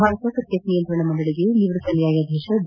Bharat cricket ನಿಯಂತ್ರಣ ಮಂಡಳಿಗೆ ನಿವೃತ್ತ ನ್ವಾಯಾಧೀಶ ಡಿ